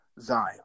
Zion